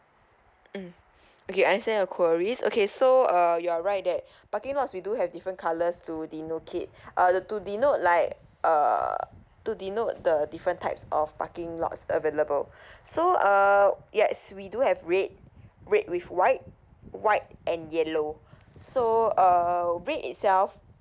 mm okay understand your queries okay so err you are right that parking lots we do have different colours to denocate uh to denote like err to denote the different types of parking lots available so err yeah is we do have red red with white white and yellow so err red itself